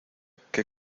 que